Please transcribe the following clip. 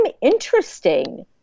interesting